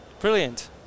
Brilliant